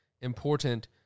important